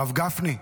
הרב גפני.